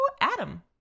Adam